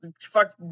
fuck